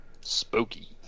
Spooky